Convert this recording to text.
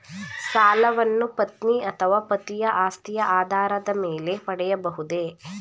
ಸಾಲವನ್ನು ಪತ್ನಿ ಅಥವಾ ಪತಿಯ ಆಸ್ತಿಯ ಆಧಾರದ ಮೇಲೆ ಪಡೆಯಬಹುದೇ?